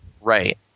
Right